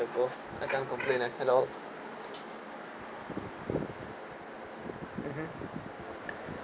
I can't complain at all mmhmm